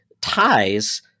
ties